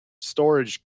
storage